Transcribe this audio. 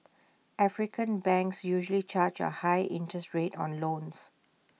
African banks usually charge A high interest rate on loans